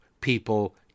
people